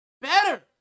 better